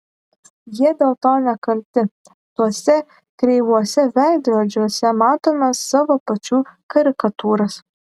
jie dėl to nekalti tuose kreivuose veidrodžiuose matome savo pačių karikatūras